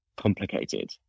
complicated